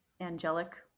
angelic